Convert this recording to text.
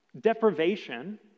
deprivation